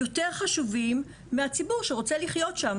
יותר חשובים מהציבור שרוצה לחיות שם.